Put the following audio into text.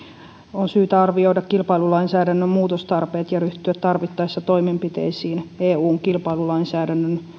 on syytä arvioida kilpailulainsäädännön muutostarpeet ja ryhtyä tarvittaessa toimenpiteisiin eun kilpailulainsäädännön